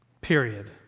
period